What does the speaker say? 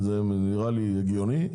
זה נראה לי הגיוני.